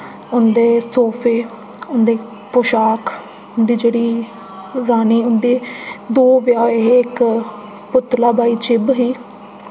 उं'दे सोफे उं'दे पोशाक उं'दी जेह्ड़ी रानी उं'दे दो ब्याह् होए हे इक इक पुतलाबाई चिब्ब ही